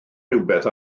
rywbeth